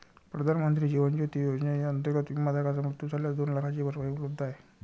प्रधानमंत्री जीवन ज्योती विमा योजनेअंतर्गत, विमाधारकाचा मृत्यू झाल्यास दोन लाखांची भरपाई उपलब्ध आहे